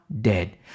dead